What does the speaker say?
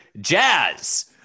jazz